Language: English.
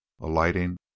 alighting